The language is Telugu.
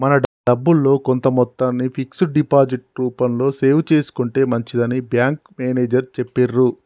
మన డబ్బుల్లో కొంత మొత్తాన్ని ఫిక్స్డ్ డిపాజిట్ రూపంలో సేవ్ చేసుకుంటే మంచిదని బ్యాంకు మేనేజరు చెప్పిర్రు